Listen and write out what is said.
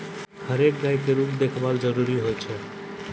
हरेक गाय केरो देखभाल जरूरी होय छै